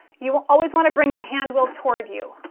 you will always want to bring the hand wheel toward you